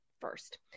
first